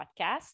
podcast